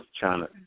China